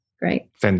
great